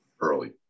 early